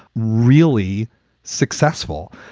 really successful.